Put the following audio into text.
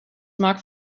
mag